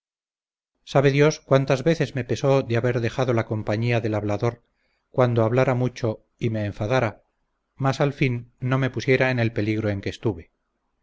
sabe dios cuántas veces me pesó de haber dejado la compañía del hablador cuando hablara mucho y me enfadara mas al fin no me pusiera en el peligro en que estuve